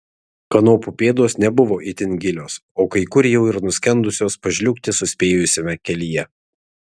kanopų pėdos nebuvo itin gilios o kai kur jau ir nuskendusios pažliugti suspėjusiame kelyje